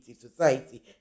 society